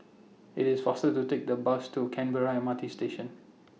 IT IS faster to Take The Bus to Canberra M R T Station